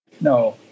No